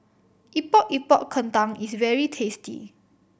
Epok Epok Kentang is very tasty